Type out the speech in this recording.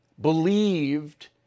believed